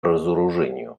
разоружению